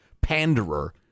panderer